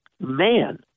man